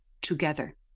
together